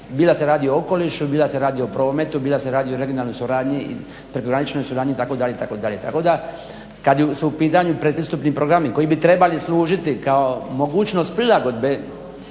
da se radi o okolišu, bilo da se radi o prometu, bilo da se radi o regionalnoj suradnji i prekograničnoj suradnji itd. itd. Tako da kad su u pitanju pretpristupni programi koji bi trebali služiti kao mogućnost prilagodbe